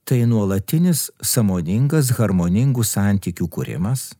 tai nuolatinis sąmoningas harmoningų santykių kūrimas